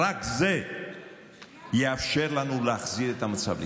רק זה יאפשר לנו להחזיר את המצב לקדמותו.